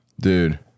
Dude